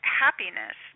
happiness